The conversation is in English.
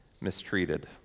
mistreated